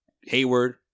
Hayward